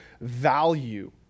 value